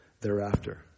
thereafter